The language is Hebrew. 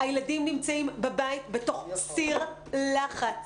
הילדים נמצאים בבית בתוך סיר לחץ,